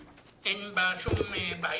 אני חושב שבהצעה אין שום בעיה,